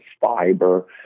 fiber